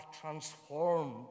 transformed